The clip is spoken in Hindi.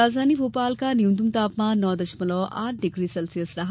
राजधानी भोपाल का न्यूनतम तापमान नौ दशमलव आठ डिग्री सेल्सियस रहा